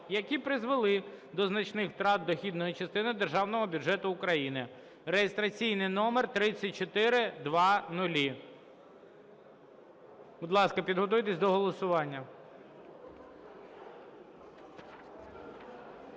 які призвели до значних втрат дохідної частини Державного бюджету України" (реєстраційний номер 3400). Будь ласка, підготуйтесь до голосування.